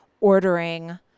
ordering